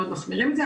מאוד מחמירים את זה,